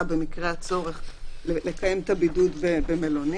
במקרה הצורך לקיים את הבידוד במלונית.